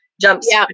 jumps